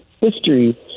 history